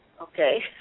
Okay